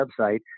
website